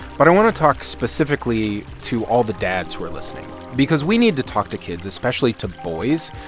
but i want to talk specifically to all the dads who are listening because we need to talk to kids, especially to boys,